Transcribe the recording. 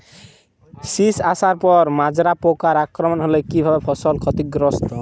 শীষ আসার পর মাজরা পোকার আক্রমণ হলে কী ভাবে ফসল ক্ষতিগ্রস্ত?